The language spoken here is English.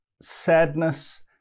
sadness